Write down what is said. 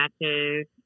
matches